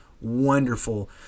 wonderful